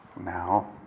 now